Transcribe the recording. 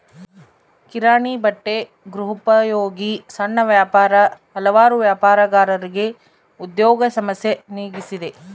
ಕಿರಾಣಿ ಬಟ್ಟೆ ಗೃಹೋಪಯೋಗಿ ಸಣ್ಣ ವ್ಯಾಪಾರ ಹಲವಾರು ವ್ಯಾಪಾರಗಾರರಿಗೆ ಉದ್ಯೋಗ ಸಮಸ್ಯೆ ನೀಗಿಸಿದೆ